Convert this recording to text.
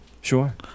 Sure